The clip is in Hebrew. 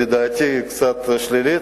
לדעתי קצת שלילית,